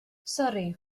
sori